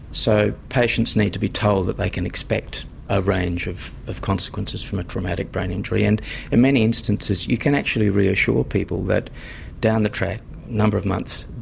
so patients need to be told that they can expect a range of of consequences from a traumatic brain injury and in many instances you can actually reassure people that down the track, a number of months,